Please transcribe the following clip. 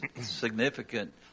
significant